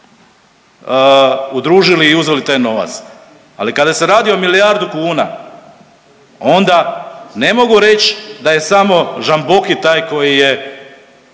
udružili i uzeli taj novac. Ali kada se radi o milijardu kuna, onda ne mogu reći da je samo Žamboki taj koji je